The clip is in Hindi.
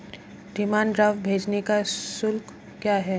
डिमांड ड्राफ्ट भेजने का शुल्क क्या है?